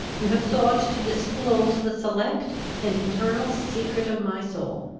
you have sought to disclose the select and eternal secret of my soul.